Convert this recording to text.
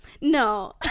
No